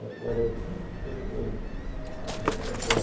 ah whether it's statisticically um different.